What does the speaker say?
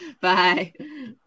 Bye